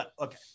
Okay